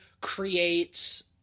creates